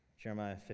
Jeremiah